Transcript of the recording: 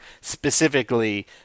specifically